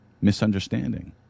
Misunderstanding